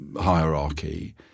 hierarchy